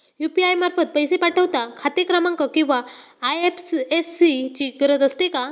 UPI मार्फत पैसे पाठवता खाते क्रमांक किंवा आय.एफ.एस.सी ची गरज असते का?